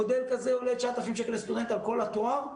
מודל כזה עולה 9,000 שקלים לסטודנט על כל התואר,